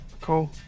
Cool